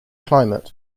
climate